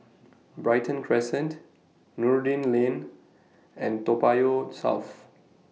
Brighton Crescent Noordin Lane and Toa Payoh South